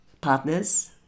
partners